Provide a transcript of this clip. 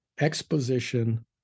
exposition